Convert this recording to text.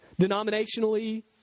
denominationally